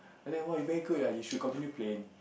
and then !wah! you very good you should continue playing